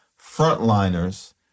frontliners